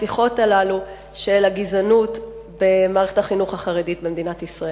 הספיחים הללו של הגזענות במערכת החינוך החרדית במדינת ישראל.